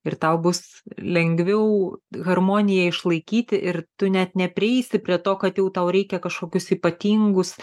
ir tau bus lengviau harmoniją išlaikyti ir tu net neprieisi prie to kad jau tau reikia kažkokius ypatingus